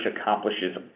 accomplishes